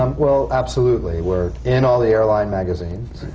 um well, absolutely. we're in all the airline magazines.